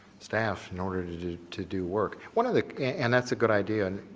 staff in order to to do work. one of the and that's a good idea. and